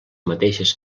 mateixes